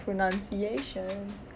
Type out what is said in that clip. pronunciation